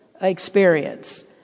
experience